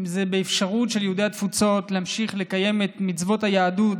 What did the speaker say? אם זה באפשרות של יהודי התפוצות להמשיך לקיים את מצוות היהדות,